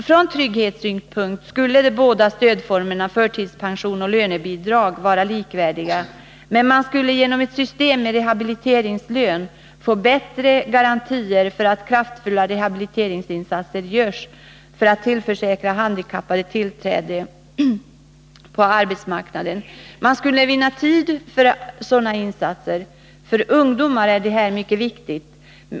Från trygghetssynpunkt skulle de båda stödformerna förtidspension och lönebidrag vara likvärdiga, men man skulle genom ett system med rehabiliteringslön få bättre garantier för att kraftfulla rehabiliteringsinsatser görs för att tillförsäkra handikappade tillträde på arbetsmarknaden. Man skulle vinna tid för sådana insatser. För ungdomar är detta mycket viktigt.